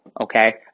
okay